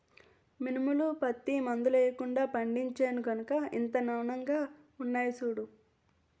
మినుములు, పత్తి మందులెయ్యకుండా పండించేను గనకే ఇంత నానెంగా ఉన్నాయ్ సూడూ